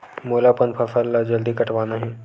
मोला अपन फसल ला जल्दी कटवाना हे?